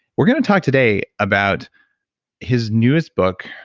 we're going to talk today about his newest book,